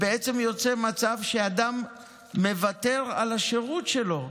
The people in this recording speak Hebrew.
בעצם יוצא מצב שאדם מוותר על השירות שלו.